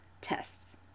tests